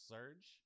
Surge